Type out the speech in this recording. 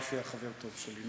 רפי היה חבר טוב שלי.